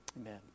Amen